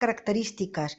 característiques